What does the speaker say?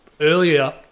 Earlier